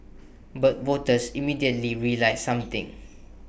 but voters immediately realised something